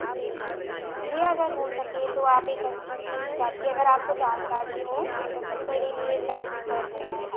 जी भैया अगर हो सके तो आप एक अच्छी सी कैब की अगर आपको जानकारी हों तो मेरे लिए एक कैब बुक कर देना